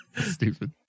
Stupid